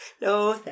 No